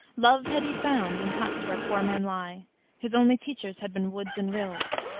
love had he found in huts where poor men lie his only teachers had been woods and rills,